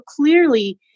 clearly